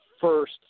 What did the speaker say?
first